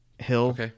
Hill